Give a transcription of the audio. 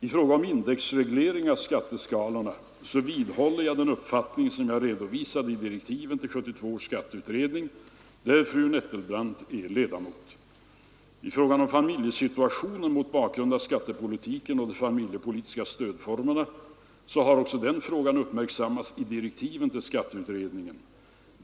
I frågan om indexreglering av skatteskalorna vidhåller jag den uppfattning som jag redovisade i direktiven till 1972 års skatteutredning, där fru Nettelbrandt är ledamot. I fråga om familjesituationen mot bakgrund av skattepolitiken och de familjepolitiska stödformerna, så har också den frågan uppmärksammats i direktiven till skatteutredningen.